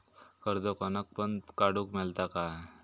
कर्ज कोणाक पण काडूक मेलता काय?